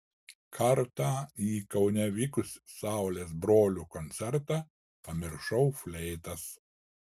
kartą į kaune vykusį saulės brolių koncertą pamiršau fleitas